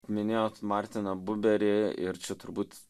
minėjot martiną buberį ir čia turbūt